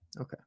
Okay